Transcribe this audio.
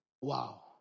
Wow